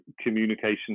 communication